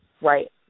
Right